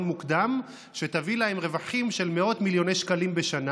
מוקדם שתביא להם רווחים של מאות מיליוני שקלים בשנה.